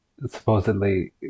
supposedly